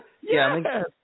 Yes